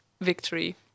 victory